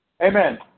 Amen